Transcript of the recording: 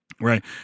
Right